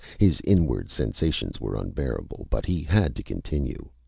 his inward sensations were unbearable, but he had to continue.